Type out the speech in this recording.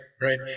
right